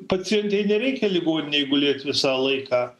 pacientei nereikia ligoninėj gulėt visą laiką